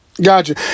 Gotcha